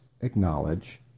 acknowledge